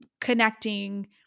connecting